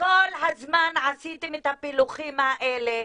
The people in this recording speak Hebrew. כל הזמן עשיתם את הפילוחים האלה,